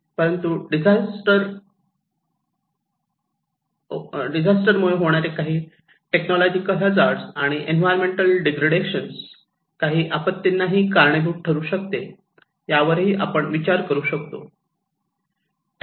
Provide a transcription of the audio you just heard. परंतु डिजास्टरमुळे होणारे काही टेक्नॉलॉजिकल हजार्ड आणि एन्विरॉन्मेंटल डिग्रेडेशन काही आपत्तींनाही कारणीभूत ठरू शकते यावरही आपण विचार करू शकतो